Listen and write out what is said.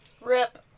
Rip